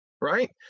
right